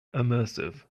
immersive